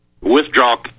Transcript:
Withdraw